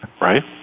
Right